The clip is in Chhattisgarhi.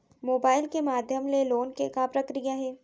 मोबाइल के माधयम ले लोन के का प्रक्रिया हे?